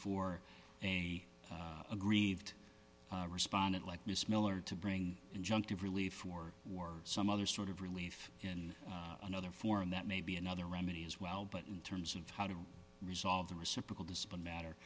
for a aggrieved respondent like miss miller to bring injunctive relief or were some other sort of relief in another forum that maybe another remedy as well but in terms of how to resolve the reciprocal discipline matter